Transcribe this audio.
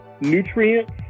nutrients